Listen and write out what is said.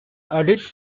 audits